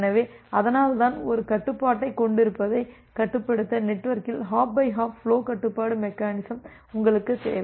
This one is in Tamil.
எனவேஅதனால்தான் ஒரு கட்டுப்பாட்டைக் கொண்டிருப்பதைக் கட்டுப்படுத்த நெட்வொர்க்கில் ஹாப் பை ஹாப் ஃபுலோ கட்டுப்பாட்டு மெக்கெனிசம் உங்களுக்கு தேவை